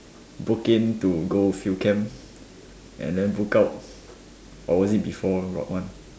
book in to go field camp and then book out or was it before rot one